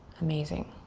amazing.